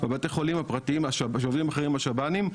בבתי חולים הפרטיים שעובדים עם השב"נים,